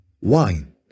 wine